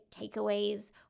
takeaways